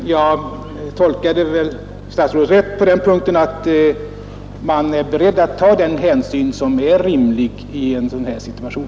Jag tolkade väl statsrådet rätt så till vida att departementet är berett att ta de hänsyn som är rimliga i en sådan här situation.